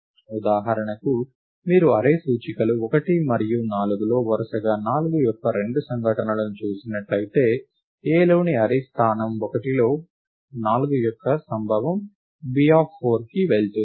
ఉదాహరణకు మీరు అర్రే సూచికలు 1 మరియు 4లో వరుసగా 4 యొక్క రెండు సంఘటనలను చూసినట్లయితే Aలోని అర్రే స్థానం 1లో 4 యొక్క సంభవం B4 కి వెళుతుంది